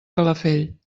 calafell